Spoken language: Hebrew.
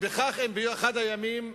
כך, באחד הימים,